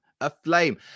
aflame